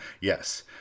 yes